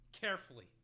carefully